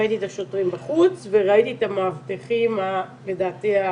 ראיתי את השוטרים בחוץ וראיתי את המאבטחים, לדעתי,